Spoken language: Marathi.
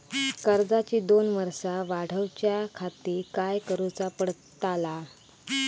कर्जाची दोन वर्सा वाढवच्याखाती काय करुचा पडताला?